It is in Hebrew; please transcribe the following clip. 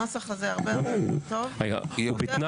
הנוסח הזה הרבה יותר טוב והוא פותר חלק